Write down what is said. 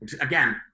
Again